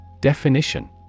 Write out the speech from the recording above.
Definition